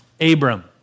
Abram